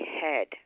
head